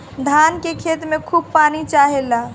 धान के खेत में खूब पानी चाहेला